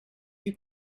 you